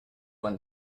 when